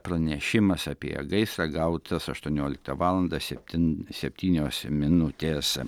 pranešimas apie gaisrą gautas aštuonioliktą valandą septin septynios minutės